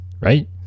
right